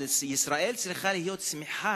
אבל ישראל צריכה להיות שמחה,